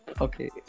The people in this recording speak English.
okay